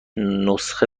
نسخه